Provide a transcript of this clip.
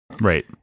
Right